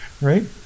right